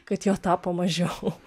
kad jo tapo mažiau